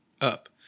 up